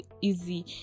easy